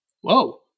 Whoa